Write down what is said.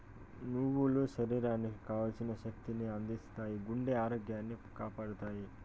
నువ్వులు శరీరానికి కావల్సిన శక్తి ని అందిత్తాయి, గుండె ఆరోగ్యాన్ని కాపాడతాయి